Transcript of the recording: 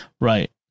Right